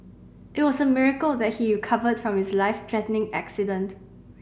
it was a miracle that he recovered from his life threatening accident